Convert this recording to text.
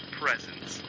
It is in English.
presence